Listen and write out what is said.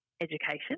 education